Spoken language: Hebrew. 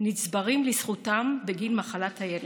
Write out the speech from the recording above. נצברים לזכותם בגין מחלת הילד.